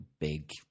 big